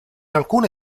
alcune